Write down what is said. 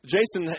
Jason